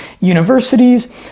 universities